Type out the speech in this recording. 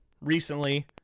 recently